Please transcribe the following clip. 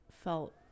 felt